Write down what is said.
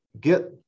get